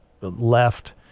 left